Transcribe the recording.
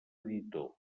editor